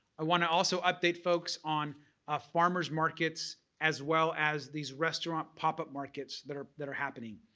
i want to also update folks on ah farmers markets as well as these restaurant pop-up markets that are that are happening.